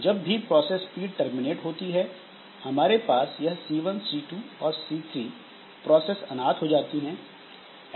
जब भी process P terminate होती है हमारे पास यह C1 C2 और C3 प्रोसेस अनाथ हो जाती है